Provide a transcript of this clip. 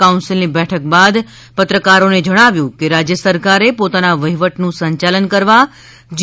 કાઉન્સીલની બેઠક બાદ પત્રકારોને જણાવ્યું છે કે રાજય સરકારે પોતાના વહીવટનું સંયાલન કરવા જી